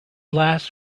last